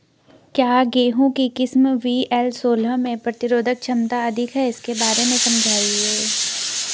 क्या गेहूँ की किस्म वी.एल सोलह में प्रतिरोधक क्षमता अधिक है इसके बारे में समझाइये?